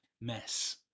mess